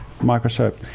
microscope